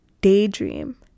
daydream